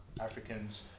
Africans